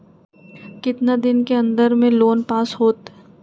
कितना दिन के अन्दर में लोन पास होत?